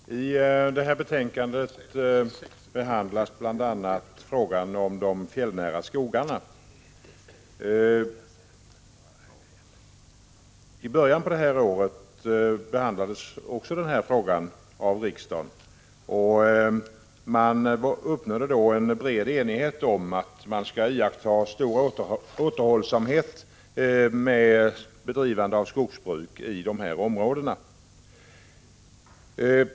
Fru talman! I det här betänkandet behandlas bl.a. frågan om de fjällnära skogarna. I början på det här året diskuterades också denna fråga i riksdagen, och vi uppnådde då en bred enighet om att iaktta stor återhållsamhet med bedrivande av skogsbruk i dessa områden.